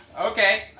Okay